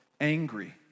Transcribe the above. angry